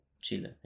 Chile